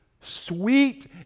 Sweet